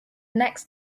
next